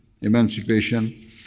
emancipation